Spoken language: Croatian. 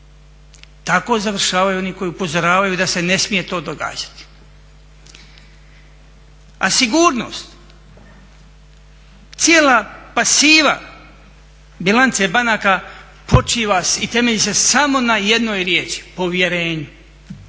Tako završavaju oni koji upozoravaju da se ne smije to događati. A sigurnost, cijela pasiva bilance banaka počiva i temelji se samo na jednoj riječi povjerenju